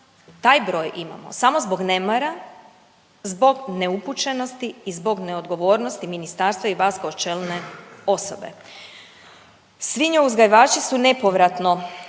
Taj broj imamo samo zbog nemara, zbog neupućenosti i zbog neodgovornosti ministarstva i vas kao čelne osobe. Svinje uzgajivači su nepovratno